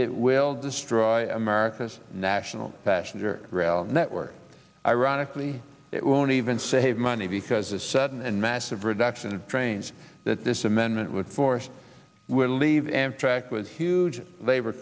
it will destroy america's national passion for rail network ironically it won't even save money because a sudden and massive reduction in trains that this amendment would force will leave amtrak with huge labor